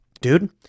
Dude